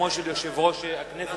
במקומו של יושב-ראש הכנסת.